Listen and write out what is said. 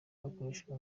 bakoreshaga